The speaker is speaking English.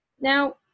Now